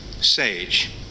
SAGE